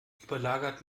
überlagert